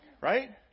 right